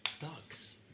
Ducks